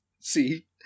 See